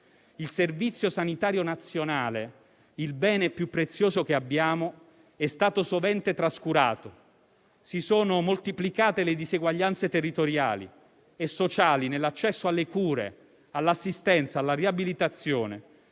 il Servizio sanitario nazionale, il bene più prezioso che abbiamo - è stato sovente trascurato. Si sono moltiplicate le diseguaglianze territoriali e sociali nell'accesso alle cure, all'assistenza e alla riabilitazione.